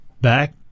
back